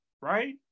right